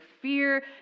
fear